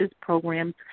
programs